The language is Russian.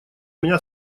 меня